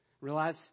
Realize